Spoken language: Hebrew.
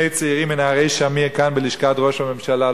צעירים מנערי שמיר כאן בלשכת ראש הממשלה,